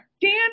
Dan